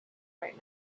right